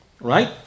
Right